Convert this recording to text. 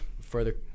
further